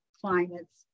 climates